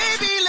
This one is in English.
baby